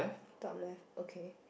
top left okay